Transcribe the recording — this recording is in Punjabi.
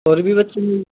ਹੋਰ ਵੀ ਬੱਚੇ ਨੇ